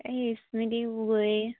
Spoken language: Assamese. এই স্মৃতি গগৈ